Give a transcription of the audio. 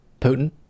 Putin